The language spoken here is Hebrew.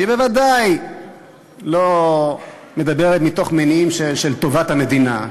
שבוודאי לא מדברת מתוך מניעים של טובת המדינה,